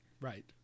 right